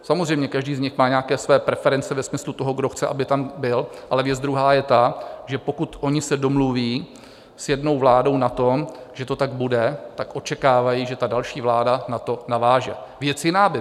Samozřejmě, každý z nich má nějaké své preference ve smyslu toho, kdo chce, aby tam byl, ale věc druhá je ta, že pokud oni se domluví s jednou vládou na tom, že to tak bude, tak očekávají, že ta další vláda na to naváže.